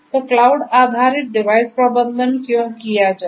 तो क्लाउड आधारित डिवाइस प्रबंधन क्यों किया जाए